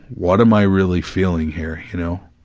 what am i really feeling here, you know?